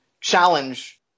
challenge